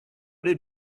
did